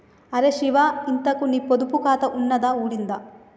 అరే శివా, ఇంతకూ నీ పొదుపు ఖాతా ఉన్నదా ఊడిందా